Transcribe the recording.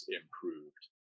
improved